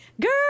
Girl